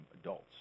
adults